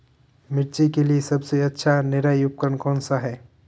मिर्च के लिए सबसे अच्छा निराई उपकरण कौनसा है?